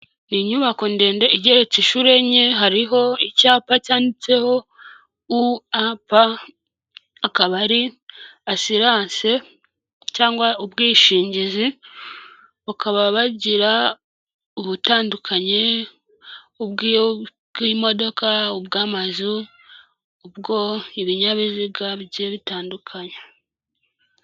Inyubako ndende igeretse inshu enye, hariho icyapa cyanditseho uap, akaba ari asilanse cyangwa ubwishingizi, bakaba bagira butandukanye, ubw'imodoka, ubw'amazu, ubw'ibinyabiziga bigiye bitandukanye.